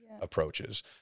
approaches